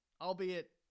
Albeit